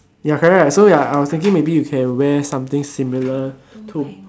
ya correct right so ya I was thinking maybe you can wear something similar to